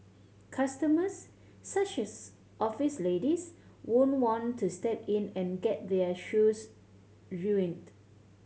customers such as office ladies won't want to step in and get their shoes ruined